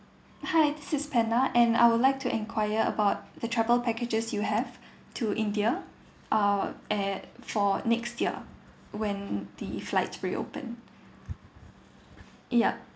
hi this is pena and I would like to enquire about the travel packages you have to india uh at for next year when the flights reopen yup